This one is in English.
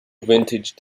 vintage